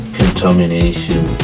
contamination